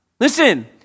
Listen